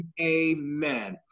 Amen